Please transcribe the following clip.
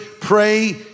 pray